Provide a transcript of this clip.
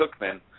Cookman